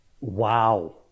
Wow